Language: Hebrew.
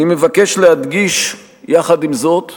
אני מבקש להדגיש יחד עם זאת,